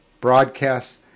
broadcasts